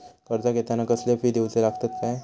कर्ज घेताना कसले फी दिऊचे लागतत काय?